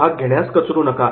भाग घेण्यास कचरू नका